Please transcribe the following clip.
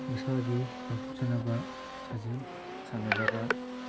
ꯃꯁꯥꯒꯤ ꯉꯥꯛꯊꯣꯛꯆꯅꯕ ꯁꯥꯖꯦꯜ ꯁꯥꯟꯅꯕꯗ